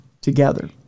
together